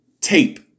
tape